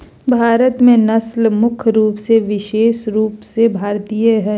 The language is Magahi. भारत में नस्ल मुख्य रूप से विशेष रूप से भारतीय हइ